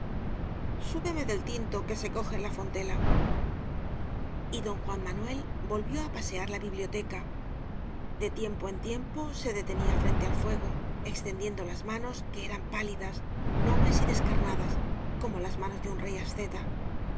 súbeme del tinto que se coge en la fontela y don juan manuel volvió á pasear la bi blioteca de tiempo en tiempo se detenía frente al fuego extendiendo las manos que eran pálidas nobles y descarnadas como las manos de un rey asceta